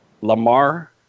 lamar